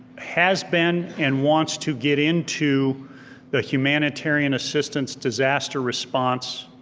has been and wants to get into the humanitarian assistance disaster response